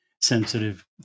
sensitive